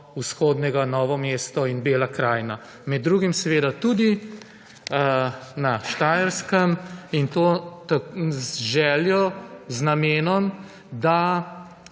vzhodnega Novo Mesto in Bela krajina, med drugim tudi na Štajerskem in to z željo, z namenom, da